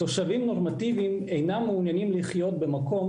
תושבים נורמטיביים אינם מעוניינים לחיות במקום